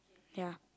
ya